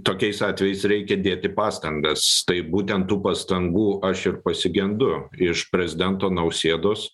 tokiais atvejais reikia dėti pastangas tai būtent tų pastangų aš ir pasigendu iš prezidento nausėdos